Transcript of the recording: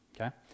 okay